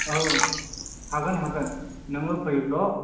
औ हागोन हागोन नोङो फैल'